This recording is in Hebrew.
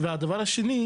דבר נוסף,